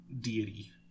deity